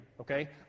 okay